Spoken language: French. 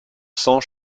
sang